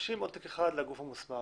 מגישים עותק אחד לגוף המוסמך.